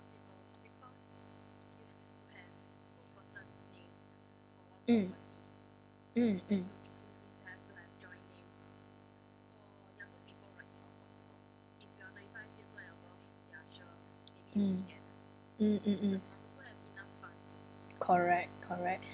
mm mm mm mm mm mm mm correct correct